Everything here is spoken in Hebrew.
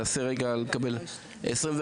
21, לא משנה, אני מנסה רגע לקבל, 21,